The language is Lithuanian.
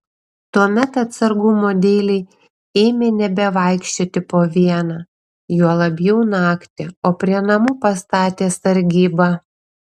tuomet atsargumo dėlei ėmė nebevaikščioti po vieną juo labiau naktį o prie namų pastatė sargybą